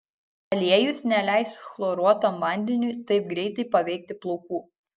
aliejus neleis chloruotam vandeniui taip greitai paveikti plaukų